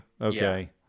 Okay